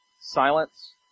silence